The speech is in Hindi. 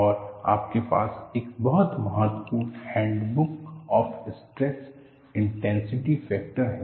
और आपके पास एक बहुत महत्वपूर्ण handbook on stress intensity factors है